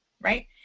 Right